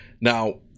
Now